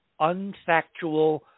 unfactual